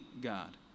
God